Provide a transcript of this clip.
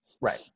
Right